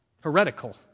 heretical